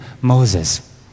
Moses